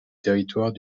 territoire